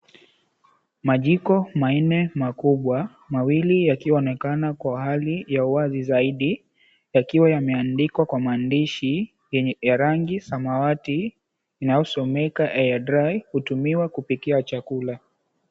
Majiko manne makubwa, mawili yakionekana kwa hali ya wazi zaidi yakiwa yameandikwa kwa maandishi yenye ya rangi ya samawati inayosemeka, Air Dry, hutumiwa kupikia chakula.